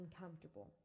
uncomfortable